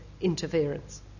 interference